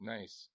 Nice